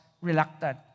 reluctant